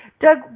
Doug